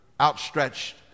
outstretched